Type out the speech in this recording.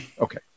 Okay